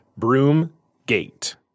BroomGate